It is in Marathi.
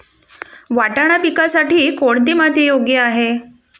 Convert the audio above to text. वाटाणा पिकासाठी कोणती माती योग्य आहे?